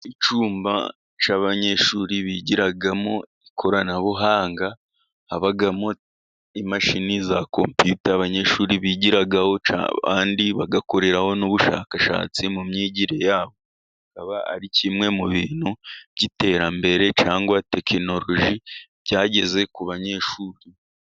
Icumba cy'abanyeshuri bigiramo ikoranabuhanga. Habamo imashini za komputa abanyeshuri bigiraho cyangwa abandi bagakoreraho n'ubushakashatsi mu myigire yabo, akaba ari kimwe mu bintu by'iterambere cyangwa tekinoroji byageze ku banyeshuri.